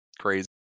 crazy